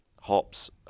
hops